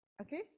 Okay